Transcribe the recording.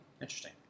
Interesting